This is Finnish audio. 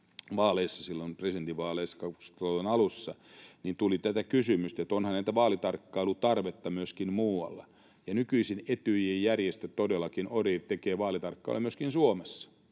Floridan ongelmat presidentinvaaleissa silloin 2000-luvun alussa — eli tuli tätä kysymystä, että onhan tätä vaalitarkkailutarvetta myöskin muualla, ja nykyisin Etyj-järjestö, ODIHR, todellakin tekee vaalitarkkailua myöskin Suomessa.